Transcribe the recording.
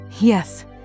Yes